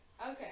Okay